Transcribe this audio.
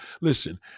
Listen